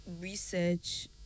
research